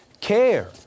care